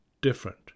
different